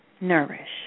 nourish